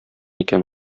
икән